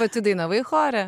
pati dainavai chore